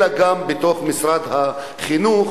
אלא גם מתוך משרד החינוך,